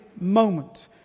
moment